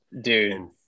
dude